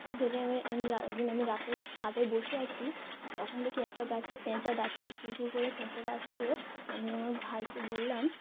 যদি আমি একদিন আমি রাতের ছাদে বসে আছি তখন দেখি একটা গাছে পেঁচা ডাকছে কু কু করে পেঁচা ডাকছে আমি আমার ভাইকে বললাম